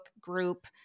group